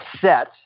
set